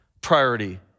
priority